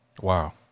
Wow